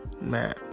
man